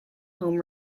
home